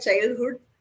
childhood